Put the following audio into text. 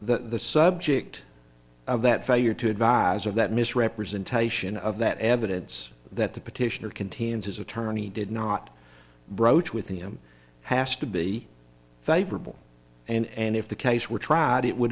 the subject of that failure to advise or that misrepresentation of that evidence that the petitioner contains his attorney did not broach with the him has to be favorable and if the case were tried it would